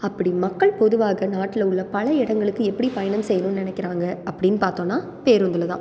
அப்படி மக்கள் பொதுவாக நாட்டில் உள்ள பல இடங்களுக்கு எப்படி பயணம் செய்யணும்னு நினைக்கிறாங்க அப்டின்னு பார்த்தோம்னா பேருந்தில் தான்